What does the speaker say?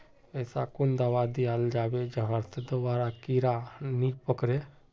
ऐसा कुन दाबा दियाल जाबे जहा से दोबारा कीड़ा नी पकड़े?